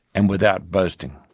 and without boasting.